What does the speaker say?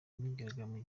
imyigaragambyo